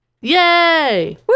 Yay